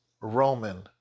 Roman